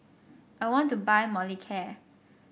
I want to buy Molicare